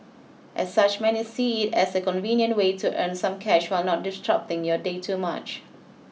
as such many see it as a convenient way to earn some cash while not disrupting your day too much